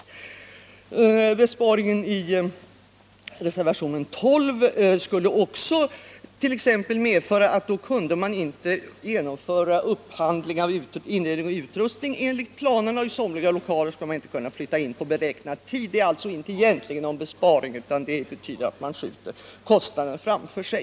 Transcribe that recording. Den besparing som föreslås i reservationen 12 skulle medföra att man inte kunde genomföra upphandling av inredning och utrustning enligt de planer man har. I en del lokaler skulle man inte kunna flytta in vid beräknad tid. Det innebär alltså egentligen inte någon besparing, utan det betyder att man skjuter kostnaderna framför sig.